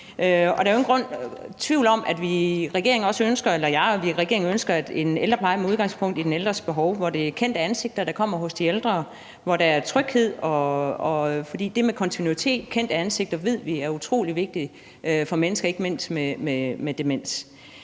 jeg og regeringen ønsker en ældrepleje med udgangspunkt i den ældres behov, hvor det er kendte ansigter, der kommer hos den ældre, og hvor der er tryghed. For det med kontinuitet og kendte ansigter ved vi er utrolig vigtigt for mennesker, ikke mindst mennesker